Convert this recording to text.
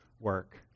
work